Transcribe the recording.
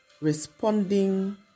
responding